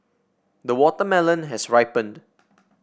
the watermelon has ripened